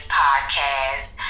podcast